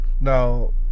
Now